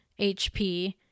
HP